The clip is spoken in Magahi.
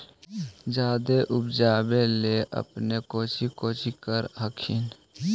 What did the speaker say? जादे उपजाबे ले अपने कौची कौची कर हखिन?